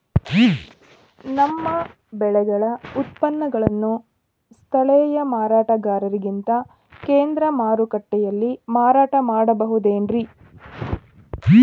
ನಮ್ಮ ಬೆಳೆಗಳ ಉತ್ಪನ್ನಗಳನ್ನ ಸ್ಥಳೇಯ ಮಾರಾಟಗಾರರಿಗಿಂತ ಕೇಂದ್ರ ಮಾರುಕಟ್ಟೆಯಲ್ಲಿ ಮಾರಾಟ ಮಾಡಬಹುದೇನ್ರಿ?